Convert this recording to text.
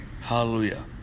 Hallelujah